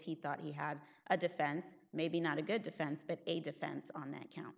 he thought he had a defense maybe not a good defense but a defense on that count